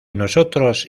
nosotros